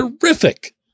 terrific